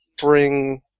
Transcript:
bring